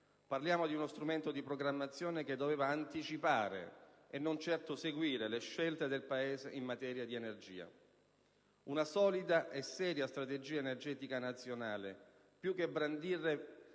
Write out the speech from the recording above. Parliamo di uno strumento di programmazione che doveva anticipare e non certo seguire le scelte del Paese in materia di energia. Una solida e seria strategia energetica nazionale, più che brandire